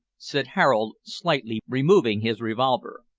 said harold, slightly moving his revolver.